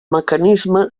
mecanisme